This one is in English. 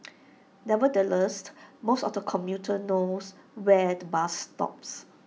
nevertheless most of the commuters knows where the bus stops